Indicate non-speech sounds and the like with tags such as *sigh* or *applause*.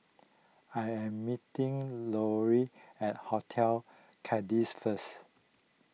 I am meeting Lory at Hotel *unintelligible* first